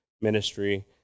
ministry